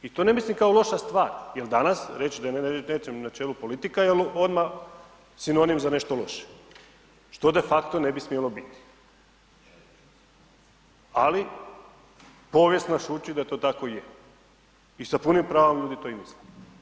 I to ne mislim kao loša stvar jer danas reći da je nečem na čelu politika je odmah sinonim za nešto loše što de facto ne bi smjelo biti ali povijest nas uči da to tako i je i sa punim pravom ljudi to i misle.